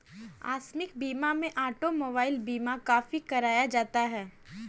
आकस्मिक बीमा में ऑटोमोबाइल बीमा काफी कराया जाता है